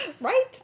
Right